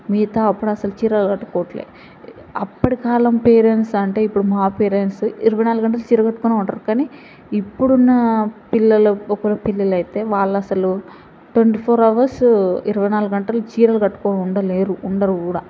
మిగతా అప్పుడు అసలు చీరలు కట్టుకోవట్లే అప్పటికాలం పేరెంట్స్ అంటే ఇప్పుడు మా పేరెంట్స్ ఇరవై నాలుగు గంటలు చీర కట్టుకునే ఉంటారు కానీ ఇప్పుడున్న పిల్లలు ఒక పిల్లలు అయితే వాళ్ళు అసలు ట్వంటీ ఫోర్ అవర్స్ ఇరవై నాలుగు గంటలు చీరలు కట్టుకుని ఉండలేరు ఉండరు కూడా